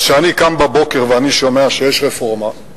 אז כשאני קם בבוקר ואני שומע שיש רפורמה,